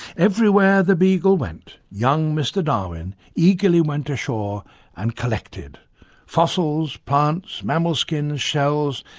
everywhere the beagle went, young mr darwin eagerly went ashore and collected fossils, plants, mammal skins, shells,